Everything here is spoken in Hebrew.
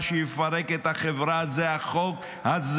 מה שיפרק את החברה זה החוק הזה.